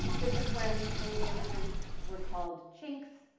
this is when chinese immigrants were called chinks.